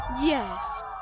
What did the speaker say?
Yes